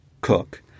cook